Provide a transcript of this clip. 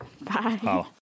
Bye